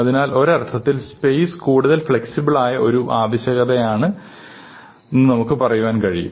അതിനാൽ ഒരർത്ഥത്തിൽ സ്പേസ് കൂടുതൽ ഫ്ലെക്സിബിളായ ഒരു ആവശ്യകതയാണെന്ന് നമുക്ക് പറയുവാൻ കഴിയും